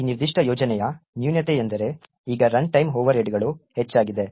ಈ ನಿರ್ದಿಷ್ಟ ಯೋಜನೆಯ ನ್ಯೂನತೆಯೆಂದರೆ ಈಗ ರನ್ಟೈಮ್ ಓವರ್ಹೆಡ್ಗಳು ಹೆಚ್ಚಾಗಿದೆ